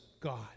God